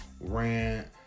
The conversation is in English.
rant